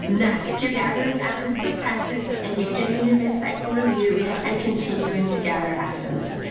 next, you're gathering evidence of practice, engaging in your mid-cycle review, and continuing to gather evidence.